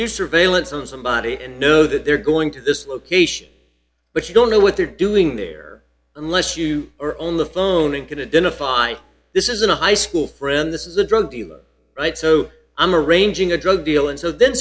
do surveillance on somebody and know that they're going to this location but you don't know what they're doing there unless you are on the phone and going to dignify this isn't a high school friend this is a drug dealer right so i'm arranging a drug deal and so then